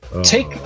take